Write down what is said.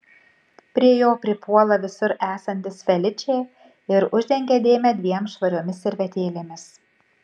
prie jo pripuola visur esantis feličė ir uždengia dėmę dviem švariomis servetėlėmis